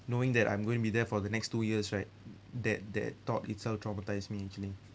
knowing that I'm going be there for the next two years right that that thought itself traumatise me actually